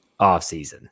offseason